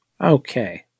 okay